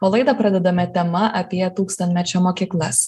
o laidą pradedame tema apie tūkstantmečio mokyklas